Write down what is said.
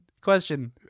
Question